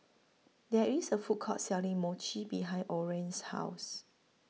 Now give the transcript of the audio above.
There IS A Food Court Selling Mochi behind Orren's House